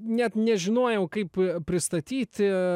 net nežinojau kaip pristatyti